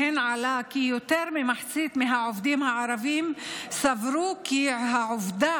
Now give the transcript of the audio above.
שמהן עלה כי יותר ממחצית מהעובדים הערבים סברו כי העבודה